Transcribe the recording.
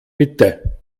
bitte